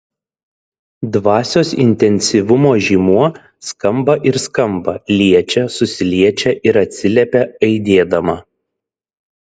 dvasios intensyvumo žymuo skamba ir skamba liečia susiliečia ir atsiliepia aidėdama